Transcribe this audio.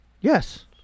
Yes